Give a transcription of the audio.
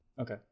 okay